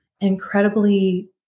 incredibly